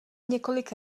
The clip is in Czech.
několik